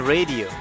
Radio